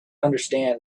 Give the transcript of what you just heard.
understand